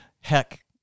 heck